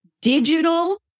digital